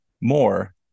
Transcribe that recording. more